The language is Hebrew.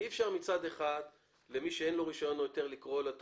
אי אפשר מצד אחד למי שאין לו רישיון או היתר לקרוע לו את